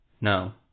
No